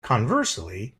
conversely